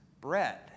bread